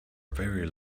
very